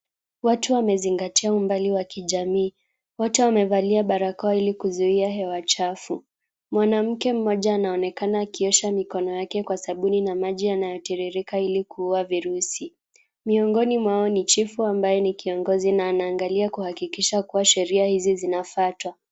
Watu wamezingatia umbali wa kijamii. Wote wamevalia barakoa kuzuia hewa chafu. Mwanamke mmoja anaonekana akiosha mikono yake kwa sabuni na maji yanayo tiririka ili kuua virusi. Miongoni mwao ni chifu ambaye ni kiongozi na anaangalia kuhakikisha kuwa sheria hizi zinafuatwa.